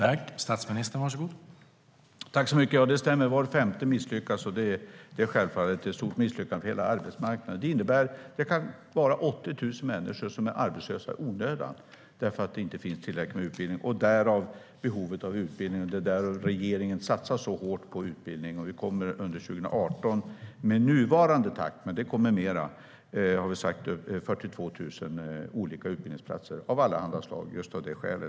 Herr talman! Det stämmer att var femte rekrytering misslyckas. Det är självfallet ett stort misslyckande för hela arbetsmarknaden. Det betyder att 80 000 människor kan vara arbetslösa i onödan för att det inte finns tillräckligt med utbildning - därav behovet av utbildning. Därför satsar regeringen hårt på utbildning, och fram till 2018 kommer det med nuvarande takt 42 000 nya utbildningsplatser av allehanda slag. Men det kommer mera.